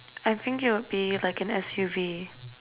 I think it would be like an S_U_V